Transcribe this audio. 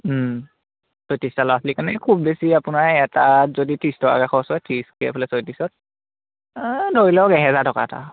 ছয়ত্ৰিছটা ল'ৰা ছোৱালী কাৰণে খুব বেছি আপোনাৰ এটাত যদি ত্ৰিছ টকাকৈ খৰচ হয় ত্ৰিছকৈ এইফালে ছয়ত্ৰিছত ধৰি লওক এহেজাৰ টকা এটা